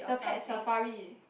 the Pet Safari